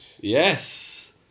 Yes